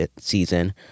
season